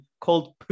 called